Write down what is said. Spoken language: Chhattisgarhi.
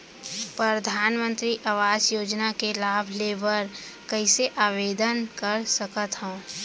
परधानमंतरी आवास योजना के लाभ ले बर कइसे आवेदन कर सकथव?